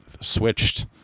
switched